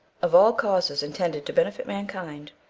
of all causes intended to benefit mankind,